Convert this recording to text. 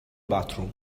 bathroom